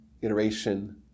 iteration